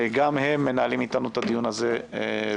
גם הם מנהלים איתנו את הדיון הזה ב"זום".